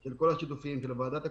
של כל השותפים: של ועדת הכספים,